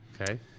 Okay